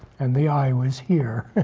and the eye was here.